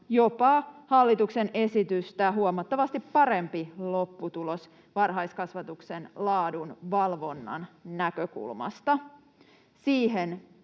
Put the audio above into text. jopa hallituksen esitystä huomattavasti parempi lopputulos varhaiskasvatuksen laadun valvonnan näkökulmasta.